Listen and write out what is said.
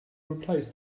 replace